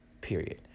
Period